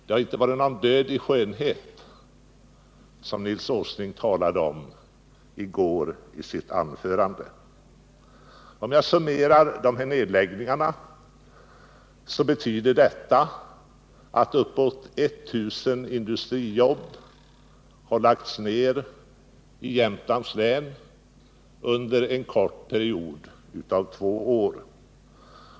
Det har inte varit någon död i skönhet, som Nils Åsling talade om i sitt anförande i går. Om jag summerar dessa nedläggningar kommer jag fram till att uppåt 1 000 industrijobb har lagts ned i Jämtlands län under den korta perioden av två år.